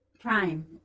prime